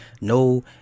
No